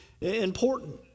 important